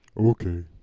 Okay